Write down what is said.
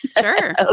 Sure